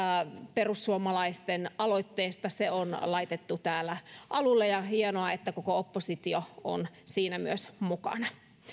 perussuomalaisten aloitteesta se on laitettu täällä alulle ja hienoa että koko oppositio on siinä myös mukana